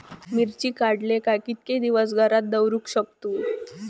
मिर्ची काडले काय कीतके दिवस घरात दवरुक शकतू?